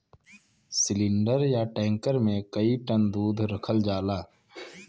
cylinder या tanker मे कई टन दूध रखल जाला